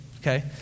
Okay